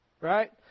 Right